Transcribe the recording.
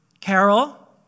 Carol